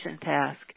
task